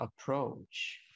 approach